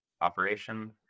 operations